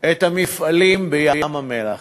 את המפעלים בים-המלח.